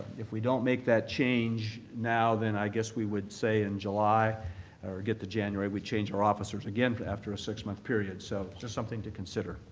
if we don't make that change now, then i guess we would say in july or get to january, we change our officers again after a six month period. so just something to consider.